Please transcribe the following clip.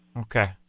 Okay